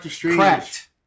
Cracked